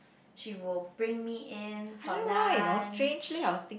she will bring me in for lunch